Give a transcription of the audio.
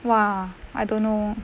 !wah! I don't know